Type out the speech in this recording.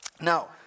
Now